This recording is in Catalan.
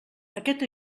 aquest